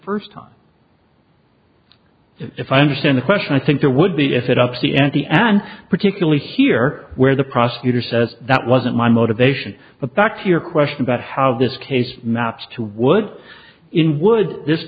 first time if i understand the question i think there would be if it ups the ante and particularly here where the prosecutor says that wasn't my motivation but back to your question about how this case maps to wood in would this